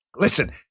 Listen